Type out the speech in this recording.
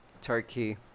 Turkey